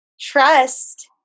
trust